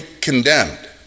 condemned